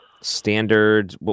Standard